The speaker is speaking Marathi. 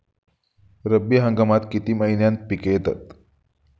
रब्बी हंगामात किती महिन्यांत पिके येतात?